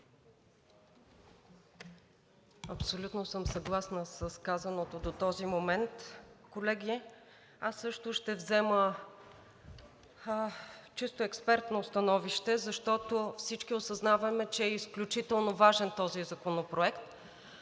Абсолютно съм съгласна с казаното до този момент. Колеги, аз също ще взема чисто експертно становище, защото всички осъзнаваме, че е изключително важен този законопроект.